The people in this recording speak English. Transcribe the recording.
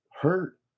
hurt